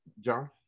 John